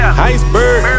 Iceberg